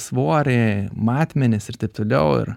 svorį matmenis ir taip toliau ir